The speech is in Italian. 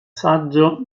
saggio